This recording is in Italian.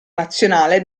nazionale